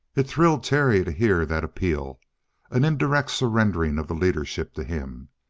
it thrilled terry to hear that appeal an indirect surrendering of the leadership to him.